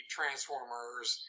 Transformers